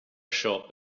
shop